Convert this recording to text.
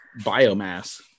biomass